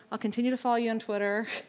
i'll continue to follow you on twitter.